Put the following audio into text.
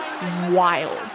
wild